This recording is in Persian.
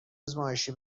آزمایشی